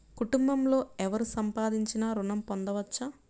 కుటుంబంలో ఎవరు సంపాదించినా ఋణం పొందవచ్చా?